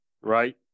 Right